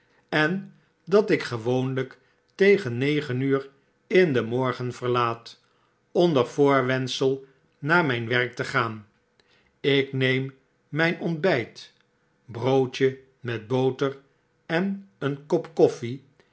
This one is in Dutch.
en flat ik gewoonlijk tegen negen uur in den morgen verlaat onder voorwendsel naar mp werk te gaan ik neem mp ontbyt broodje met boter en een kop koffie